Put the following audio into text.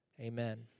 Amen